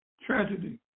tragedy